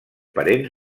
parents